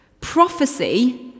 prophecy